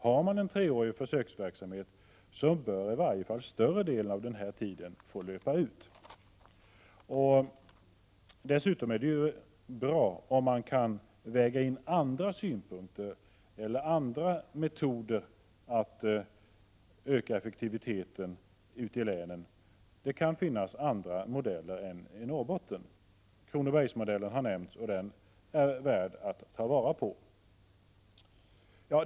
Har man beslutat om en treårig försöksverksamhet bör i varje fall större delen av tiden få löpa ut. Dessutom är det bra om man kan väga in andra synpunkter eller andra metoder för att öka effektiviteten ute i länen. Det kan finnas andra modeller än den i Norrbotten. Kronobergsmodellen har nämnts, och den är värd att ta vara på.